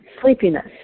sleepiness